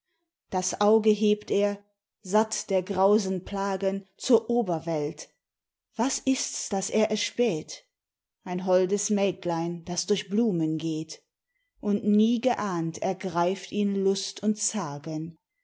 das auge hebt er satt der grausen plagen zur oberwelt was ist's das er erspäht ein holdes mägdlein das durch blumen geht und niegeahnt ergreift ihn lust und zagen